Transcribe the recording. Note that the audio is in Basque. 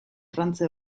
trantze